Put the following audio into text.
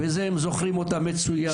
בזה הם זוכרים אותנו מצוין.